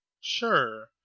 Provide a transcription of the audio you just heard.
Sure